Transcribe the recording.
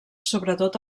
sobretot